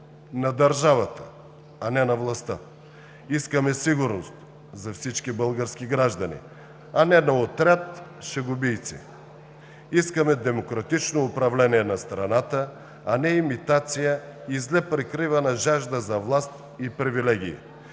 на държавата, а не на властта. Искаме сигурност за всички български граждани, а не за отряд шегобийци. Искаме демократично управление на страната, а не имитация и зле прикривана жажда за власт и привилегии.